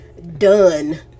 done